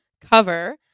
cover